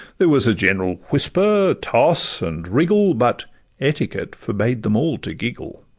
there was a general whisper, toss, and wriggle, but etiquette forbade them all to giggle.